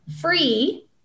free